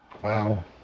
Wow